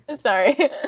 sorry